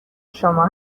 شما